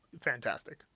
fantastic